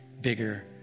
bigger